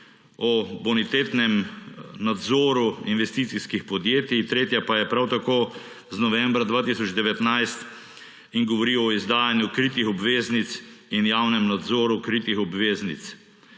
o bonitetnem nadzoru investicijskih podjetij; tretja pa je prav tako z novembra 2019 in govori o izdajanju kritih obveznic in javnem nadzoru kritih obveznic.